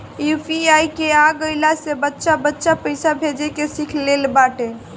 UPI के आ गईला से बच्चा बच्चा पईसा भेजे के सिख लेले बाटे